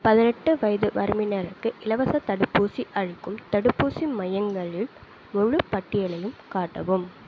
பதினெட்டு வயது வரம்பினருக்கு இலவசத் தடுப்பூசி அளிக்கும் தடுப்பூசி மையங்களின் முழுப் பட்டியலையும் காட்டவும்